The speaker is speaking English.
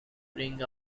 bring